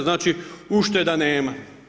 Znači, ušteda nema.